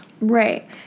Right